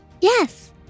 Yes